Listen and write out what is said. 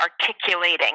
articulating